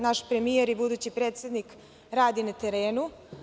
Naš premijer i budući predsednik radi na terenu.